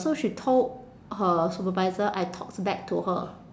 so she told her supervisor I talked back to her